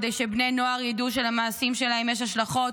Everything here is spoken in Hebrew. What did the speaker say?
כדי שבני נוער ידעו שלמעשים שלהם יש השלכות,